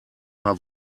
paar